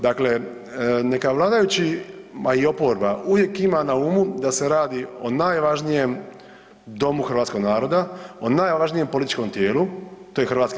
Dakle, neka vladajući, a i oporba, uvijek ima na umu da se radi o najvažnijem domu hrvatskog naroda, o najvažnijem političkom tijelu, to je HS.